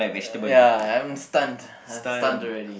uh ya I'm stunned I'm stunned already